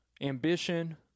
ambition